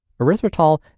erythritol